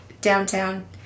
downtown